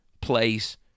place